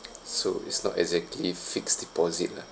so it's not exactly fixed deposit lah